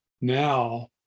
now